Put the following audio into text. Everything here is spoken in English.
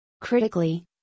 Critically